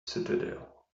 citadel